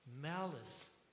malice